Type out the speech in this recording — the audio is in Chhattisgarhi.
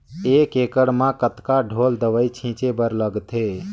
एक एकड़ म कतका ढोल दवई छीचे बर लगथे?